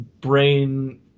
brain